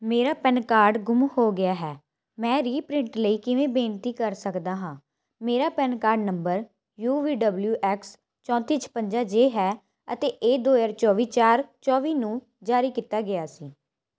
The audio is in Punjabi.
ਮੇਰਾ ਪੈਨ ਕਾਰਡ ਗੁੰਮ ਹੋ ਗਿਆ ਹੈ ਮੈਂ ਰੀਪ੍ਰਿੰਟ ਲਈ ਕਿਵੇਂ ਬੇਨਤੀ ਕਰ ਸਕਦਾ ਹਾਂ ਮੇਰਾ PAN card number U V W X ਚੌਂਤੀ ਛਪੰਜਾ ਜੇ ਹੈ ਅਤੇ ਇਹ ਦੋ ਹਜ਼ਾਰ ਚੌਵੀ ਚਾਰ ਚੌਵੀ ਨੂੰ ਜਾਰੀ ਕੀਤਾ ਗਿਆ ਸੀ